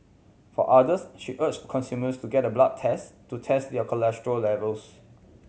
for others she urged consumers to get a blood test to test their cholesterol levels